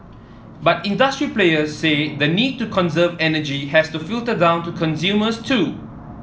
but industry players say the need to conserve energy has to filter down to consumers too